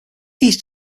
each